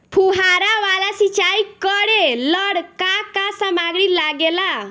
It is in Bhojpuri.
फ़ुहारा वाला सिचाई करे लर का का समाग्री लागे ला?